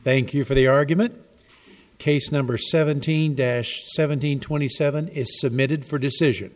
thank you for the argument but case number seventeen dash seventeen twenty seven is submitted for decision